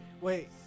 wait